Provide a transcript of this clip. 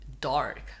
dark